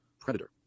predator